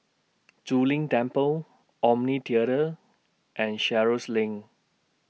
Zu Lin Temple Omni Theatre and Sheares LINK